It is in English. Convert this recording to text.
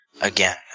Again